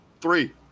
Three